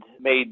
made